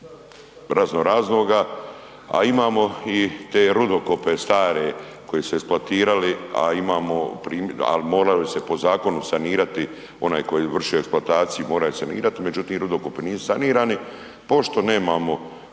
razno raznoga, a imamo i te rudokope stare koji su se eksploatirali, a imamo, al morali su se po zakonu sanirati, onaj ko je izvršio eksploataciju mora je sanirat, međutim, rudokopi nisu sanirani pošto nemamo